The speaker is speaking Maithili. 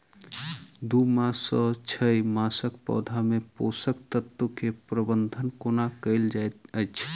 दू मास सँ छै मासक पौधा मे पोसक तत्त्व केँ प्रबंधन कोना कएल जाइत अछि?